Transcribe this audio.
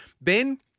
Ben